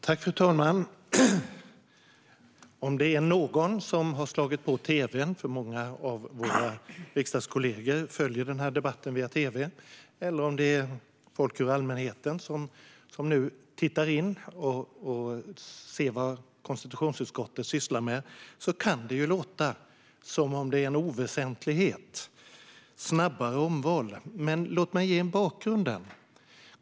Fru talman! Om det är någon som har slagit på tv:n, för många av våra riksdagskollegor följer den här debatten via tv:n, eller om folk ur allmänheten tittar in och ser vad konstitutionsutskottet sysslar med kan det ju låta som om det är en oväsentlighet - snabbare omval. Men låt mig ge bakgrunden.